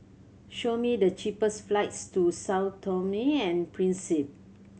show me the cheapest flights to Sao Tome and Principe